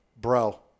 bro